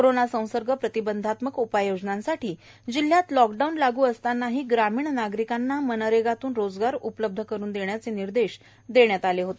corona संसर्ग प्रतिबंधात्मक उपाययोजनांसाठी जिल्ह्यात लॉक डाऊन लागू असताना ग्रामीण नागरिकांना मनरेगातून रोजगार उपलब्ध करून देण्याचे निर्देश देण्यात आले होते